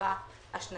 התשפ"א-2020 אושרו.